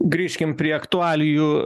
grįžkim prie aktualijų